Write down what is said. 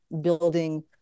building